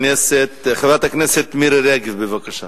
חברת הכנסת מירי רגב, בבקשה.